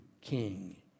king